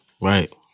Right